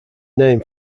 name